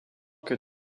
que